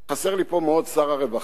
חסר לי פה מאוד שר הרווחה,